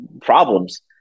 problems